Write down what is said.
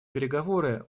переговоры